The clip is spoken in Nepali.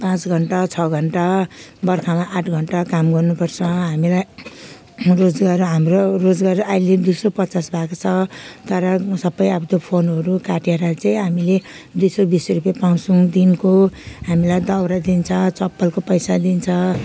पाँच घन्टा छ घन्टा बर्खामा आठ घन्टा काम गर्नुपर्छ हामीलाई रोजगार हाम्रो रोजगार अहिले दुई सौ पचास भएको छ तर सबै अब त्यो फन्टहरू काटेर चाहिँ हामीले दुई सौ बिस रुपियाँ पाउँछौँ दिनको हामीलाई दाउरा दिन्छ चप्पलको पैसा दिन्छ